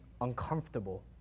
uncomfortable